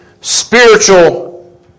spiritual